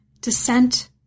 descent